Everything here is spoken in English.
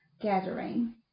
gathering